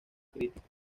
crítico